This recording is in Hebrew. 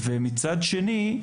ומצד שני,